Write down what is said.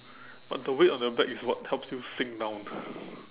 but the weight of the bag is what helps you sink down